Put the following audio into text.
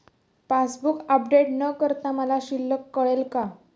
Passbook update न करता मला शिल्लक कळेल का?